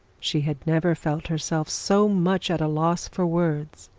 she had never felt herself so much at a loss for words.